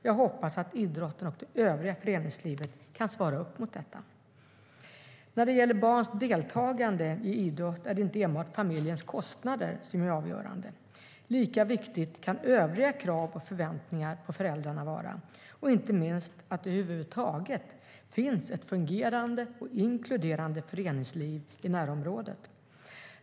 Jag hoppas att idrotten och det övriga föreningslivet kan svara upp mot detta. När det gäller barns deltagande i idrott är det inte enbart familjens kostnader som är avgörande. Lika viktigt kan övriga krav och förväntningar på föräldrarna vara och inte minst att det överhuvudtaget finns ett fungerande och inkluderande föreningsliv i närområdet.